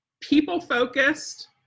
people-focused